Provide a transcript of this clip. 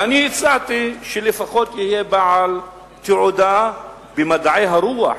ואני הצעתי שלפחות יהיה בעל תעודה במדעי הרוח,